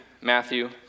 Matthew